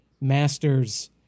masters